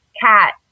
cat